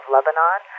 Lebanon